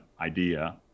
idea